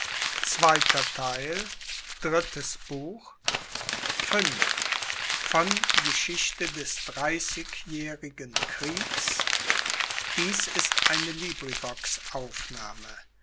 dies ist ein